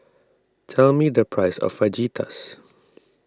tell me the price of Fajitas